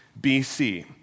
BC